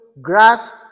grasp